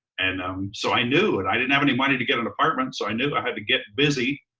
and um so i knew it. i didn't have any money to get an apartment. so i knew i had to get busy.